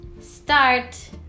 start